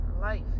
life